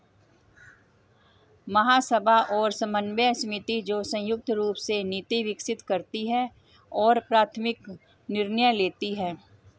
महासभा और समन्वय समिति, जो संयुक्त रूप से नीति विकसित करती है और प्राथमिक निर्णय लेती है